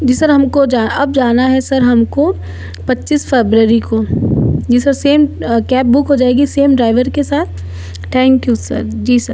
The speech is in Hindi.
जी सर हमको जा अब जाना है सर हमको पच्चीस फ़ैब्ररी को जी सर सेम कैब बुक हो जाएगी सेम ड्राइवर के साथ थैंक यू सर जी सर